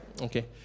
okay